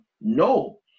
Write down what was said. No